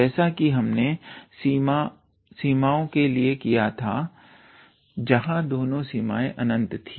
जैसा कि हमने सीमाओं के लिए किया था जहां दोनों सीमाएं अनंत थी